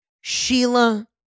Sheila